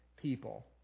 people